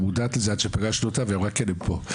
מודעת לזה עד שפגשנו אותה והיא אמרה כן הם פה.